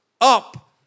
up